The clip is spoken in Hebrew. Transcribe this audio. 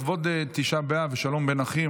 לכבוד תשעה באב ושלום בין אחים,